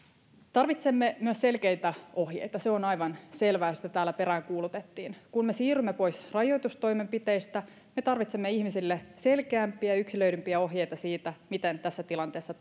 tarvitsemme myös selkeitä ohjeita se on aivan selvää ja sitä täällä peräänkuulutettiin kun me siirrymme pois rajoitustoimenpiteistä me tarvitsemme ihmisille selkeämpiä ja yksilöidympiä ohjeita siitä miten tässä tilanteessa